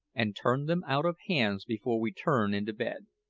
and turn them out of hands before we turn into bed.